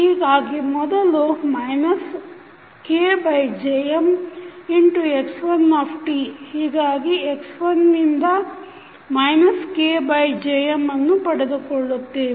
ಹೀಗಾಗಿ ಮೊದಲು KJmx1t ಹೀಗಾಗಿ x1 ನಿಂದ KJm ಅನ್ನು ಪಡೆದುಕೊಳ್ಳುತ್ತೇವೆ